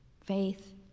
faith